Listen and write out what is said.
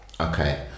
Okay